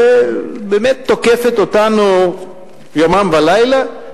שבאמת תוקפת אותנו יומם ולילה,